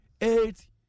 eight